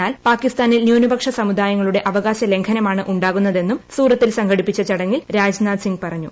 എന്നാൽ പാക്കിസ്ഥാനിൽ ന്യൂനപക്ഷ സമുദായങ്ങളുടെ അവകാശ ലംഘനമാണ് ഉണ്ടാകുന്നതെന്നും സൂറത്തിൽ സംഘടിപ്പിച്ച ചടങ്ങിൽ രാജ്നാഥ് സിംഗ് പറഞ്ഞു